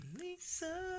Lisa